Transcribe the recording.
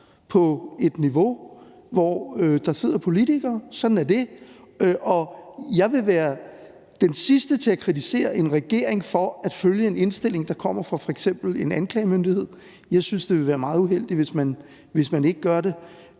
på et niveau, hvor der sidder politikere. Sådan er det. Og jeg vil være den sidste til at kritisere en regering for at følge en indstilling, der kommer fra f.eks. en anklagemyndighed. Jeg synes, det ville være meget uheldigt, hvis man ikke gjorde det.